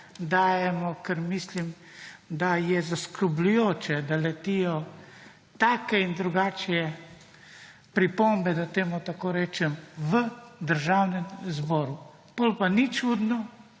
dajemo, ker mislim, da je zaskrbljujoče, da letijo take in drugačne pripombe, da temu tako rečem, v Državnem zboru. Potem pa ni čudno,